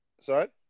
Sorry